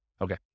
Okay